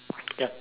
ya